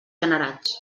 generats